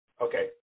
Okay